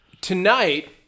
Tonight